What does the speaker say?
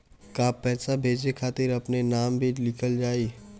का पैसा भेजे खातिर अपने नाम भी लिकल जाइ?